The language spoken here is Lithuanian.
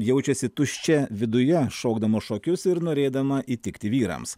jaučiasi tuščia viduje šokdama šokius ir norėdama įtikti vyrams